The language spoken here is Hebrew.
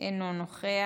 אינו נוכח.